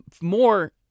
more